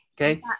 Okay